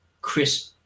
crisp